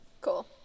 Cool